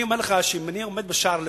אני אומר לך שאם אני עומד בשער לבדי,